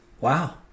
Wow